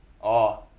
oh